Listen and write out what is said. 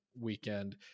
weekend